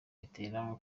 bitera